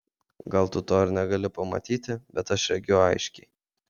gal tu to ir negali pamatyti bet aš regiu aiškiai